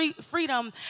freedom